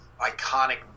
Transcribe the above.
iconic